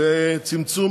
בצמצום